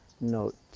note